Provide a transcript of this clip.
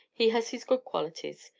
he has his good qualities.